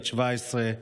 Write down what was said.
בת 17,